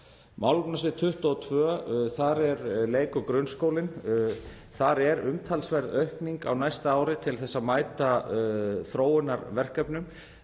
Málefnasvið 22: Þar er leik- og grunnskólinn, þar er umtalsverð aukning á næsta ári til að mæta þróunarverkefnum